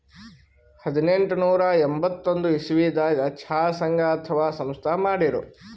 ಹದನೆಂಟನೂರಾ ಎಂಬತ್ತೊಂದ್ ಇಸವಿದಾಗ್ ಚಾ ಸಂಘ ಅಥವಾ ಸಂಸ್ಥಾ ಮಾಡಿರು